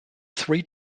three